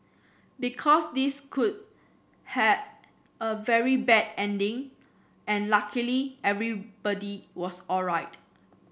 because this could have a very bad ending and luckily everybody was alright